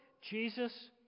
Jesus